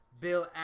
Bill